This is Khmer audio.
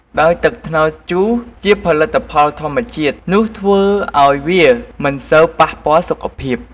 ដោយទឹកត្នោតជូរជាផលិតផលធម្មជាតិ នោះធ្វើឱ្យវាមិនសូវប៉ះពាល់សុខភាព។